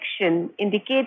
indicated